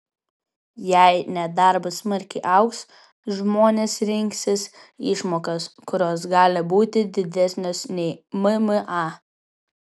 jei nedarbas smarkiai augs žmonės rinksis išmokas kurios gali būti didesnės nei mma